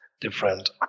different